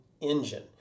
engine